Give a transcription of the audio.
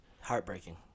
Heartbreaking